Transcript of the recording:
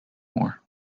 more